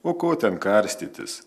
o ko ten karstytis